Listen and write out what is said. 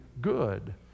good